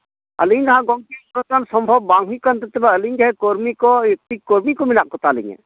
ᱟᱹᱞᱤᱧ ᱫᱚᱦᱟᱸᱜ ᱜᱚᱝᱠᱮ ᱩᱱᱟᱹᱜ ᱜᱟᱱ ᱥᱚᱢᱵᱷᱚᱵᱽ ᱵᱟᱝ ᱦᱩᱭᱩᱜ ᱠᱟᱱ ᱛᱟᱹᱞᱤᱧᱟ ᱛᱚᱵᱮ ᱟᱹᱞᱤᱧ ᱡᱟᱦᱟᱸ ᱠᱚᱨᱢᱤ ᱠᱚ ᱠᱚᱨᱢᱤ ᱠᱚ ᱢᱮᱱᱟᱜ ᱠᱚᱛᱟᱞᱤᱧᱟᱹ